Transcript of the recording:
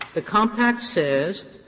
the compact says,